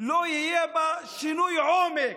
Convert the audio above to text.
לא יהיה שינוי עומק,